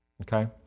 okay